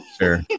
Sure